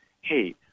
hey